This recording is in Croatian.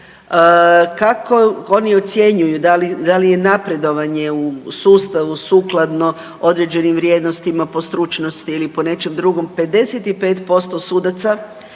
kako oni ocjenjuju da li je napredovanje u sustavu sukladno određenim vrijednostima po stručnosti ili po nečem drugom